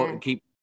keep